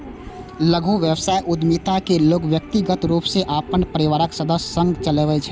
लघु व्यवसाय उद्यमिता कें लोग व्यक्तिगत रूप सं अपन परिवारक सदस्य संग चलबै छै